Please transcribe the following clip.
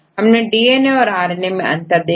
हमने डीएनए और R N A में अंतर देखा